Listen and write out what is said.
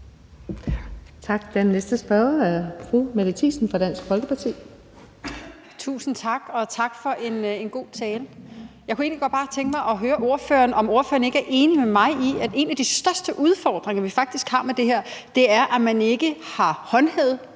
Tak. Den næste spørger er fru Mette Thiesen fra Dansk Folkeparti. Kl. 10:33 Mette Thiesen (DF): Tusind tak, og tak for en god tale. Jeg kunne egentlig godt bare tænke mig at høre ordføreren, om ordføreren ikke er enig med mig i, at en af de største udfordringer, vi faktisk har med det her, er, at man ikke har håndhævet